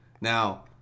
Now